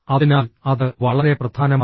അതിനാൽ അത് വളരെ പ്രധാനമാണ്